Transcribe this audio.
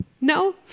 no